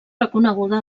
reconeguda